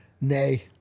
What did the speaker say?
Nay